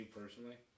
personally